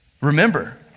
Remember